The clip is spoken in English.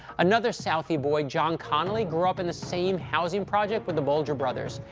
another southie boy, john connolly, grew up in the same housing project with the bulger brothers.